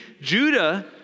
Judah—